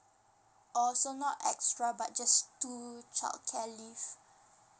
oh so not extra but just two childcare leave